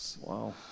Wow